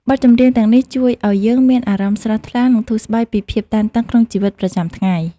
បទចម្រៀងទាំងនេះជួយឱ្យយើងមានអារម្មណ៍ស្រស់ថ្លា និងធូរស្បើយពីភាពតានតឹងក្នុងជីវិតប្រចាំថ្ងៃ។